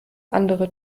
andere